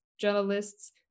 journalists